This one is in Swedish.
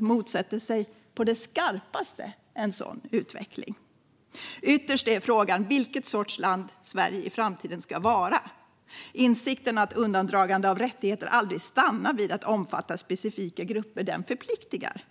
motsätter sig å det skarpaste en sådan utveckling. Ytterst är frågan vilken sorts land Sverige ska vara i framtiden. Insikten att undandragande av rättigheter aldrig stannar vid att omfatta specifika grupper förpliktar.